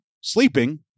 sleeping